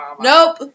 Nope